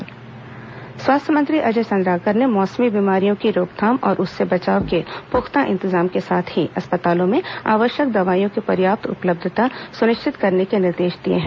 अजय चंद्राकर समीक्षा स्वास्थ्य मंत्री अजय चन्द्राकर ने मौसमी बीमारियों की रोकथाम और उससे बचाव के पुख्ता इंतजाम के साथ ही अस्पतालों में आवश्यक दवाइयों की पर्याप्त उपलब्धता सुनिश्चित करने के निर्देश दिए हैं